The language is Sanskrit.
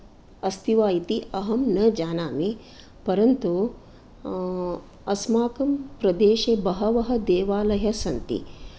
अस्ति वा इति अहं न जानामि परन्तु अस्माकं प्रदेशे बहवः देवालयाः सन्ति